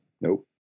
Nope